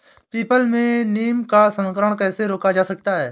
People में नीम का संकरण कैसे रोका जा सकता है?